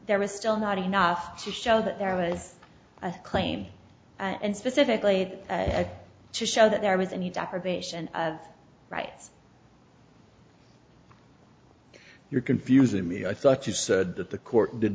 there was still not enough to show that there was a claim and specifically to show that there was any doctor patient rights you're confusing me i thought you said that the court did